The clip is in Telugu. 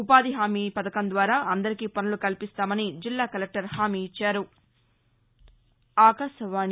ఉపాధిహామీ పథకం ద్వారా అందరికీ పనులు కల్పిస్తామని జిల్లా కలెక్టర్ హామీఇచ్చారు